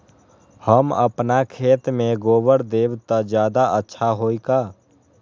हम अपना खेत में गोबर देब त ज्यादा अच्छा होई का?